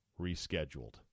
rescheduled